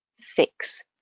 fix